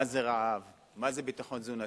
מה זה רעב, מה זה ביטחון תזונתי.